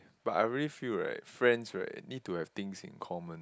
but I really feel right friends right need to have things in common